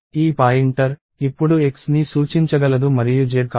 ఈ పాయింటర్ ఇప్పుడు Xని సూచించగలదు మరియు Z కాదు